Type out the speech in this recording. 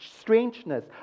strangeness